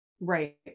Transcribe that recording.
Right